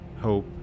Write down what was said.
hope